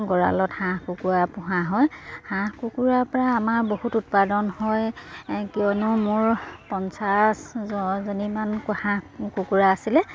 গঁড়ালত হাঁহ কুকুৰা পোহা হয় হাঁহ কুকুৰাৰ পৰা আমাৰ বহুত উৎপাদন হয় কিয়নো মোৰ পঞ্চাছজনীমান হাঁহ কুকুৰা আছিলে